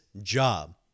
job